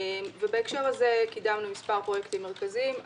בהקשר הזה קידמנו מספר פרויקטים מרכזיים.